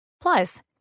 Plus